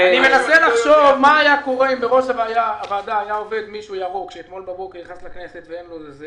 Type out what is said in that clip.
אני מקווה שנעלה על דרך המלך בגלל שהמדינה במצב קשה,